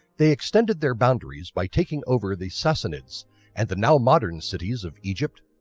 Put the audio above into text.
they extended their boundaries by taking over the sassanids and the now modern cities of egypt,